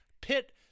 pit